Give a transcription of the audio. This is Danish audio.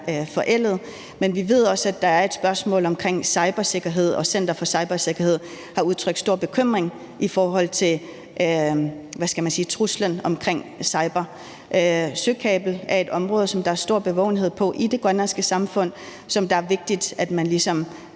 forældede. Vi ved også, at der er et spørgsmål omkring cybersikkerhed, og Center for Cybersikkerhed har udtrykt stor bekymring i forhold til truslen omkring cyber. Søkabler er et område, som der er stor bevågenhed på i det grønlandske samfund, og som det er vigtigt, man ligesom